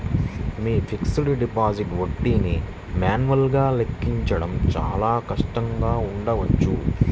మీ fixed deposit వడ్డీని మాన్యువల్గా లెక్కించడం చాలా కష్టంగా ఉండవచ్చు